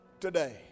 today